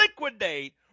liquidate